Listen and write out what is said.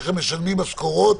איך הם משלמים משכורות